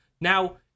Now